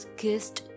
kissed